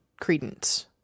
Credence